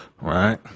right